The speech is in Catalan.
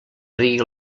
rigui